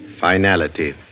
Finality